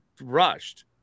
rushed